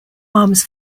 arms